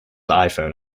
iphone